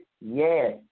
Yes